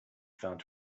found